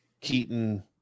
keaton